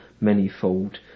many-fold